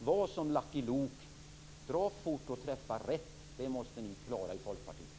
Var som Lucky Luke! Dra fort och träffa rätt! Det måste ni klara i Folkpartiet.